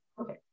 Okay